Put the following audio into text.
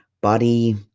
body